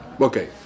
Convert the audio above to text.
Okay